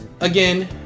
again